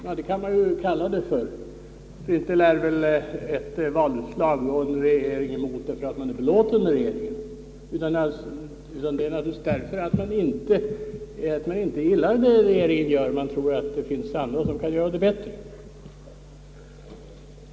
Ja, det kan man ju säga, ty inte lär väl ett valutslag gå emot regeringen därför att väljarna är belåtna, utan det är naturligtvis därför att de inte gillar regeringens politik. De tror att det finns andra som kan göra det bättre.